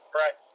right